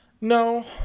No